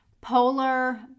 Polar